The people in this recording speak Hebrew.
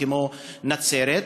כמו נצרת,